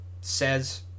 says